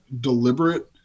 deliberate